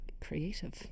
Creative